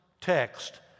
text